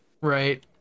Right